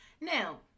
Now